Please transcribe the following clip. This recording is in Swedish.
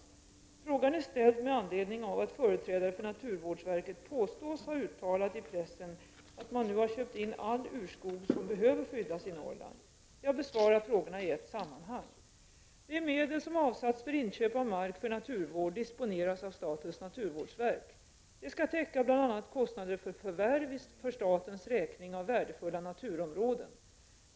Frågan är ställd med anledning av att företrädare för naturvårdsverket påstås ha uttalat i pressen att man nu har köpt in all urskog som behöver skyddas i Norrland. Jag besvarar frågorna i ett sammanhang. De medel som avsatts för inköp av mark för naturvård disponeras av statens naturvårdsverk. De skall täcka bl.a. kostnader för förvärv för statens räkning av värdefulla naturområden.